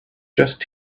just